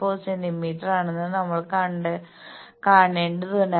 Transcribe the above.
4 സെന്റീമീറ്ററാണെന്ന് നമ്മൾ കാണേണ്ടതുണ്ട്